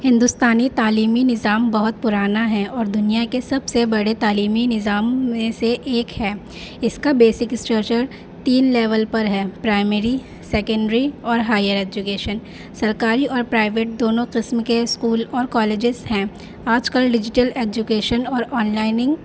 ہندوستانی تعلیمی نظام بہت پرانا ہے اور دنیا کے سب سے بڑے تعلیمی نظام میں سے ایک ہے اس کا بیسک اسٹرکچر تین لیول پر ہے پرائمری سیکنڈری اور ہائر ایجوکیشن سرکاری اور پرائیویٹ دونوں قسم کے اسکول اور کالجز ہیں آج کل ڈیجیٹل ایجوکیشن اور آن لائنگ